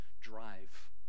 drive